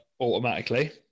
automatically